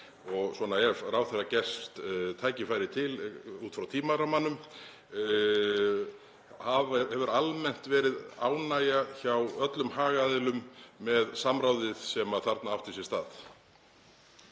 Og ef ráðherra gefst tækifæri til út frá tímarammanum: Hefur almennt verið ánægja hjá öllum hagaðilum með samráðið sem þarna átti sér stað?